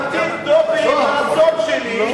הוא מטיל דופי ברצון שלי.